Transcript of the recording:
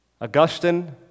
Augustine